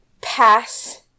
pass